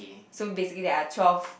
so basically there are twelve